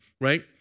right